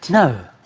no,